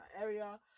area